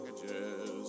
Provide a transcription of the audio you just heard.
packages